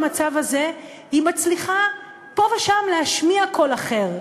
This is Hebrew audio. במצב הזה היא מצליחה פה ושם להשמיע קול אחר,